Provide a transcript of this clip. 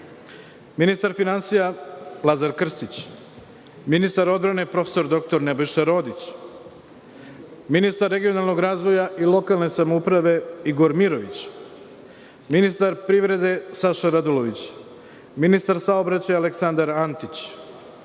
ministar finansija Lazar Krstić, ministar odbrane prof. dr Nebojša Rodić, ministar regionalnog razvoja i lokalne samouprave Igor Mirović, ministar privrede Saša Radulović, ministar saobraćaja Aleksandar Antić,